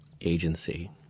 agency